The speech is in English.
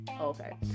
Okay